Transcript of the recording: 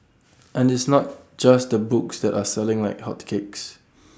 and it's not just the books that are selling like hotcakes